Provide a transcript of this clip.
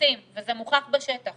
מפספסים וזה מוכח בשטח.